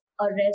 Arrest